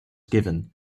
given